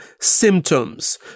symptoms